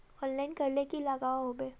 Online करले की लागोहो होबे?